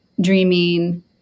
dreaming